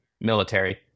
military